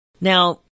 Now